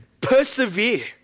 persevere